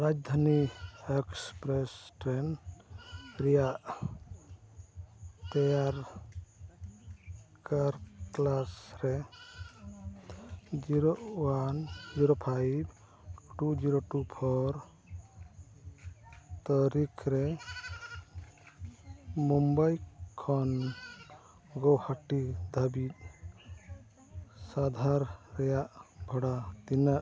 ᱨᱟᱡᱽᱫᱷᱟᱹᱱᱤ express train ᱨᱮᱭᱟᱜ ᱛᱮᱭᱟᱨ ᱠᱟᱨ ᱠᱮᱞᱟᱥ ᱨᱮ zero one zero five two zero two four ᱛᱟᱹᱨᱤᱠᱷ ᱨᱮ ᱵᱳᱢᱵᱟᱭ ᱠᱷᱚᱱ ᱜᱳᱦᱟᱴᱤ ᱫᱷᱟᱹᱵᱤᱡ ᱥᱟᱸᱜᱷᱟᱨ ᱨᱮᱭᱟᱜ ᱵᱷᱟᱲᱟ ᱛᱤᱱᱟᱹᱜ